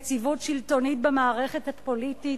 יציבות שלטונית במערכת הפוליטית,